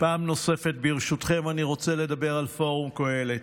פעם נוספת, ברשותכם, אני רוצה לדבר על פורום קהלת,